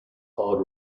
hard